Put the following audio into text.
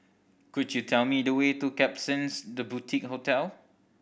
could you tell me the way to Klapsons The Boutique Hotel